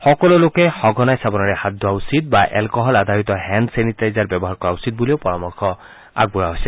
সকলো লোকে সঘনাই চাবোনেৰে হাত ধোৱা উচিত বা এলকহল আধাৰিত হেণ্ড চেনিটাইজাৰ ব্যৱহাৰ কৰা উচিত বুলি পৰামৰ্শ আগবঢ়োৱা হৈছে